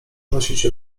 nosić